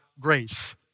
grace